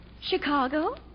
Chicago